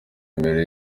imbere